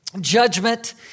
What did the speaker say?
Judgment